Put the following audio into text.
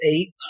eight